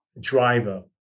driver